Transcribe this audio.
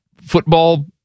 football